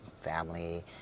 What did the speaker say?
family